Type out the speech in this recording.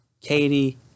Katie